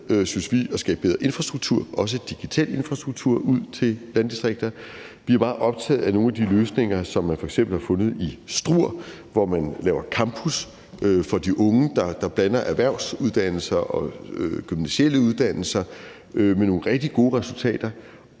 synes vi, at skabe bedre infrastruktur, også digital infrastruktur, i landdistrikter. Vi er meget optaget af nogle af de løsninger, som man f.eks. har fundet i Struer, hvor man laver campus for de unge, der blander erhvervsuddannelser og gymnasiale uddannelser med nogle rigtig gode resultater.